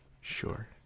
Sure